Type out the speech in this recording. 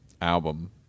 album